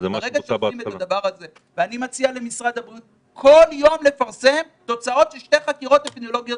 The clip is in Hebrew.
אני מציע למשרד הבריאות כל יום לפרסם תוצאות של שתי חקירות אפידמיולוגיות